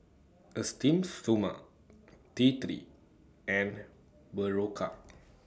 Esteem Stoma T three and Berocca